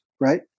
right